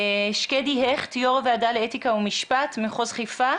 שקדי הכט, יו"ר הוועדה לאתיקה ומשפט, מחוז חיפה.